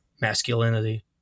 masculinity